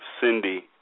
Cindy